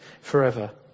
forever